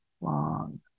long